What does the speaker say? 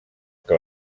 que